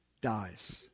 dies